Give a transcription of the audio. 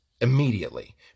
immediately